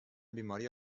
بیماری